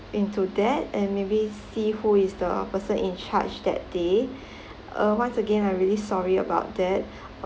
into that and maybe see who is the person in charge that day uh once again I really sorry about that